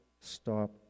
stop